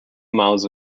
miles